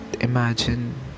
imagine